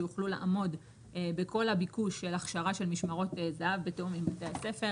שיוכלו לעמוד בכל הביקוש של הכשרה של משמרות זה"ב בתיאום עם בית הספר.